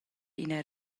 ina